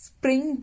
Spring